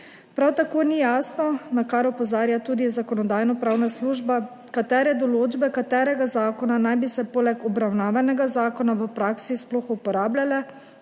Prav tako ni jasno, na kar opozarja tudi Zakonodajno-pravna služba, katere določbe katerega zakona naj bi se poleg obravnavanega zakona v praksi sploh uporabljale,